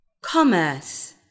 commerce